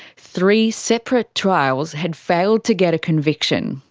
three separate trials had failed to get a conviction,